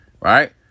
right